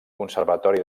conservatori